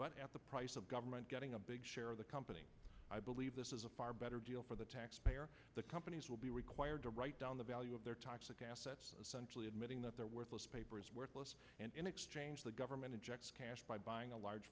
but at the price of government getting a big share of the company i believe this is a far better deal for the taxpayer the companies will be required to write down the value of their toxic assets admitting that they're worthless paper is worthless and in exchange the government injects cash by buying a large